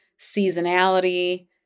seasonality